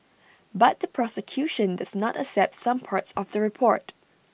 but the prosecution does not accept some parts of the report